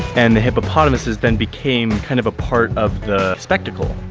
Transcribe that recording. and the hippopotamuses then became kind of a part of the spectacle.